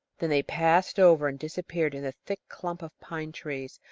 then they passed over and disappeared in the thick clump of pine-trees,